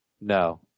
No